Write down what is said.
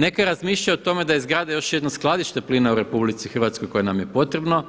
Neka razmišljaju o tome da izgrade još jedno skladište plina u RH koje nam je potrebno,